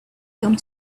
come